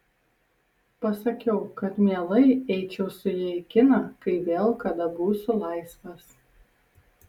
pasakiau kad mielai eičiau su ja į kiną kai vėl kada būsiu laisvas